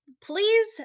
please